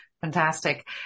Fantastic